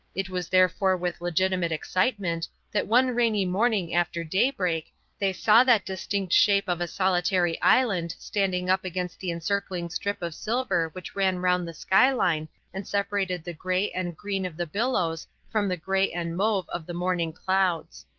it was therefore with legitimate excitement that one rainy morning after daybreak they saw that distinct shape of a solitary island standing up against the encircling strip of silver which ran round the skyline and separated the grey and green of the billows from the grey and mauve of the morning clouds.